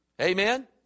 Amen